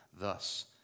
Thus